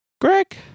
Greg